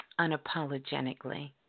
unapologetically